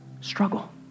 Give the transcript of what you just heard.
Struggle